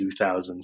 2000s